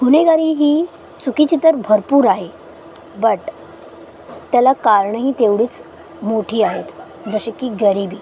गुन्हेगारी ही चुकीची तर भरपूर आहे बट त्याला कारणंही तेवढीच मोठी आहेत जशी की गरिबी